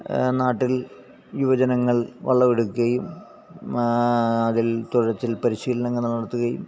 നാട്ടില് യുവജനങ്ങള് വള്ളമെടുക്കുകയും അതില് തുഴച്ചില് പരിശീലനങ്ങള് നടത്തുകയും